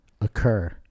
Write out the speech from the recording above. occur